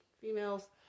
females